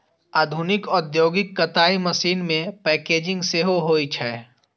आधुनिक औद्योगिक कताइ मशीन मे पैकेजिंग सेहो होइ छै